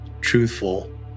truthful